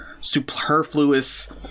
superfluous